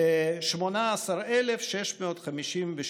18,658,